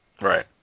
Right